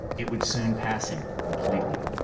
it would soon pass him completely.